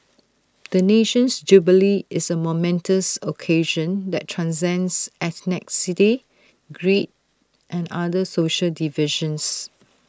the nation's jubilee is A momentous occasion that transcends ethnic city creed and other social divisions